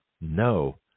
no